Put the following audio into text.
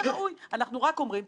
פיקוח ויציבות.